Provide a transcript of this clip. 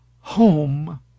home